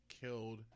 killed